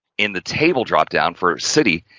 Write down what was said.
in the table drop down, for city,